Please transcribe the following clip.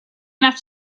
enough